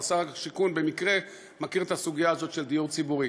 אז שר השיכון במקרה מכיר את הסוגיה הזאת של דיור ציבורי.